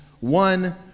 one